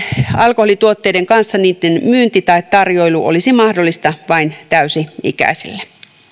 alkoholituotteiden kanssa niitten myynti tai tarjoilu olisi mahdollista vain täysi ikäisille